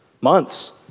months